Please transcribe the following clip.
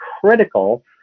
critical